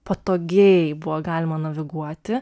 patogiai buvo galima naviguoti